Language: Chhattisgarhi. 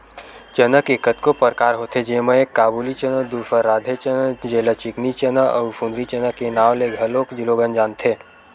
चना के कतको परकार होथे जेमा एक काबुली चना, दूसर राधे चना जेला चिकनी चना अउ सुंदरी चना के नांव ले घलोक लोगन जानथे